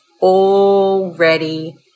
already